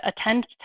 attend